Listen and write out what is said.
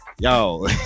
yo